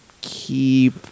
keep